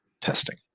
testing